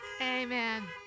Amen